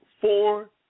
four